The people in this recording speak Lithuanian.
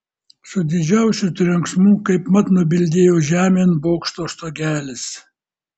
su didžiausiu trenksmu kaip mat nubildėjo žemėn bokšto stogelis